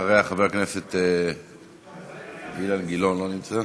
אחריה, חבר הכנסת אילן גילאון, לא נמצא.